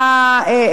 גם הקונים,